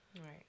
Right